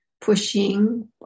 pushing